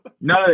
no